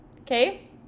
Okay